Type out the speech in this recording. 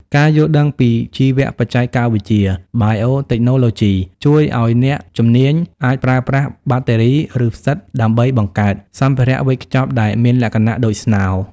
ការយល់ដឹងពីជីវបច្ចេកវិទ្យា Biotechnology ជួយឱ្យអ្នកជំនាញអាចប្រើប្រាស់បាក់តេរី ឬផ្សិត ដើម្បី "បង្កើត" សម្ភារៈវេចខ្ចប់ដែលមានលក្ខណៈដូចស្នោ។